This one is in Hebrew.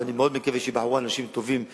ואני מאוד מקווה שייבחרו אנשים טובים וראויים.